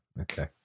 okay